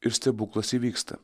ir stebuklas įvyksta